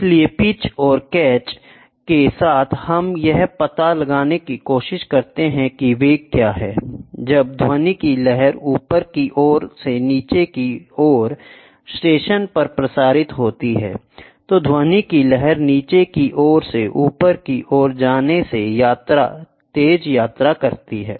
इसलिए पिच और कैच के साथ हम यह पता लगाने की कोशिश कर सकते हैं कि वेग क्या है जब ध्वनि की लहर ऊपर की ओर से नीचे की ओर स्टेशन पर प्रसारित होती है तो ध्वनि की लहर नीचे की ओर से ऊपर की ओर जाने से तेज यात्रा करती है